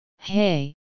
hey